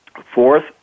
Fourth